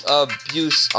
abuse